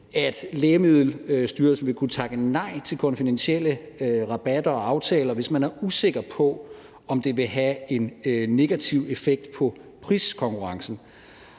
at Lægemiddelstyrelsen vil kunne takke nej til konfidentielle rabatter og aftaler, hvis man er usikker på, om det vil have en negativ effekt på priskonkurrencen.